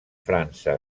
frança